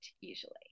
usually